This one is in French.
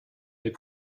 est